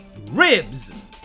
Ribs